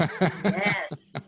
Yes